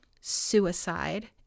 suicide